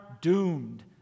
doomed